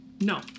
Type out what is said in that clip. No